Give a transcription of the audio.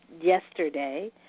yesterday